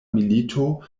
milito